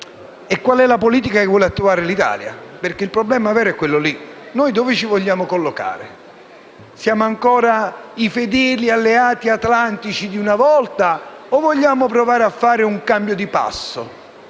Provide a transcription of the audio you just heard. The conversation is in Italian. quale sia la politica che vuole attuare l'Italia, perché il vero problema è quello. Dove ci vogliamo collocare? Siamo ancora i fedeli alleati atlantici di una volta o vogliamo provare a fare un cambio di passo?